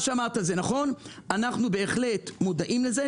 מה שאמרת זה נכון, ואנחנו בהחלט מודעים לזה.